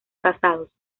casados